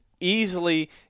easily